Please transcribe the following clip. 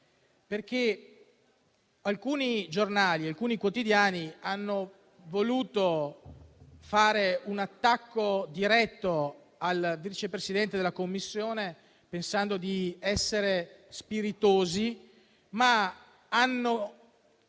di accennare. Alcuni quotidiani hanno voluto fare un attacco diretto al Vice Presidente della Commissione, pensando di essere spiritosi, ma hanno